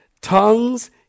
Tongues